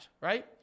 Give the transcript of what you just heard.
right